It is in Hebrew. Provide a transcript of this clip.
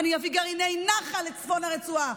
אני אביא גרעיני נח"ל לצפון הרצועה,